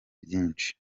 byinshi